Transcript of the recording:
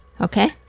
okay